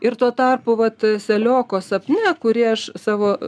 ir tuo tarpu vat selioko sapne kurį aš savo